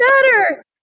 better